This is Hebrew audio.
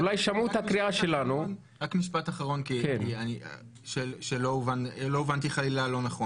רק משפט אחרון, שלא הובנתי חלילה לא נכון.